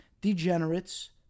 degenerates